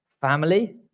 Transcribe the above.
family